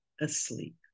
asleep